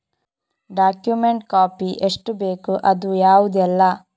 Document copy ಎಷ್ಟು ಬೇಕು ಅದು ಯಾವುದೆಲ್ಲ?